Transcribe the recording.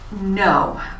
No